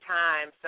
time